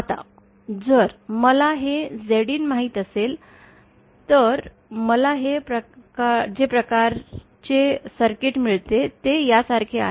आता जर मला हे Zin माहित असेल तर मला जे प्रकारचे सर्किट मिळेल ते यासारखे आहे